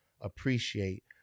appreciate